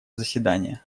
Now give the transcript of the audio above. заседания